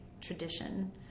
tradition